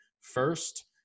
first